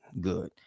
good